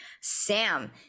Sam